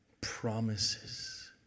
promises